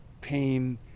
pain